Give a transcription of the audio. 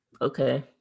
okay